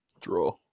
Draw